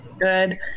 Good